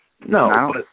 No